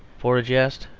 for a jest,